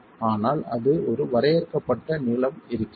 ஆனால் ஒரு வரையறுக்கப்பட்ட நீளம் இருக்கிறது